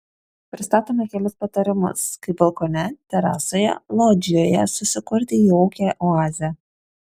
pristatome kelis patarimus kaip balkone terasoje lodžijoje susikurti jaukią oazę